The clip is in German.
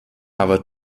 aber